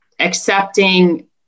accepting